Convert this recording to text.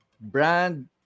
brand